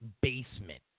basement